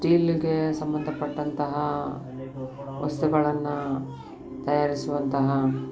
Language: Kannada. ಸ್ಟೀಲಿಗೆ ಸಂಬಂಧ ಪಟ್ಟಂತಹ ವಸ್ತುಗಳನ್ನು ತಯಾರಿಸುವಂತಹ